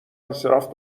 انصراف